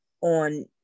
on